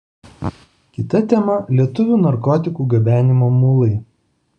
kita tema lietuvių narkotikų gabenimo mulai